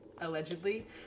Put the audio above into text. allegedly